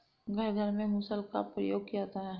घर घर में मुसल का प्रयोग किया जाता है